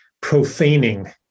profaning